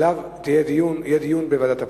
יהיה דיון בוועדת הפנים.